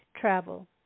travel